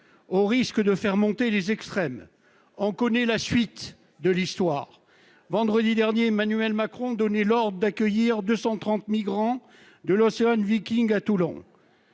au risque de faire monter les extrêmes. On connaît la suite de l'histoire : vendredi dernier, Emmanuel Macron donnait l'ordre d'accueillir les 230 migrants de l'à Toulon.